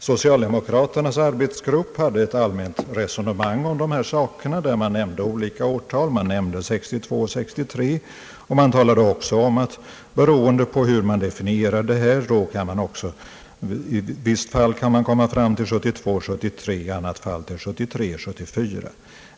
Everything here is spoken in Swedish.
Socialdemokraternas arbetsgrupp förde ett allmänt resonemang om dessa frå gor och nämnde olika årtal — man nämnde 1972 73, i annat fall 1973/74.